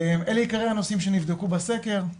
אלה עיקרי הנושאים שנבדקו בסקר,